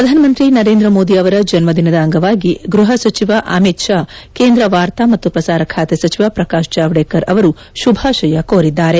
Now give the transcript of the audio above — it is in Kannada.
ಪ್ರಧಾನಮಂತ್ರಿ ನರೇಂದ್ರ ಮೋದಿ ಅವರ ಜನ್ಮದಿನದ ಅಂಗವಾಗಿ ಗೃಹ ಸಚಿವ ಅಮಿತ್ ಷಾ ಕೇಂದ್ರ ವಾರ್ತಾ ಮತ್ತು ಪ್ರಸಾರ ಖಾತೆ ಸಚಿವ ಪ್ರಕಾಶ್ ಜಾವದೇಕರ್ ಅವರು ಶುಭಾಶಯ ಕೋರಿದ್ದಾರೆ